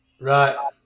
Right